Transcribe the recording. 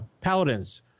Paladins